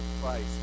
Christ